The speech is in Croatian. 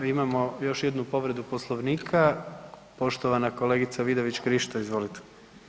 Imamo još jednu povredu Poslovnika, poštovana kolegica Vidović Krišto, izvolite.